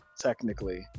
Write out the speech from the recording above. technically